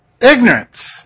ignorance